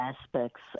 aspects